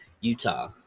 Utah